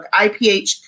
IPH